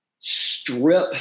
strip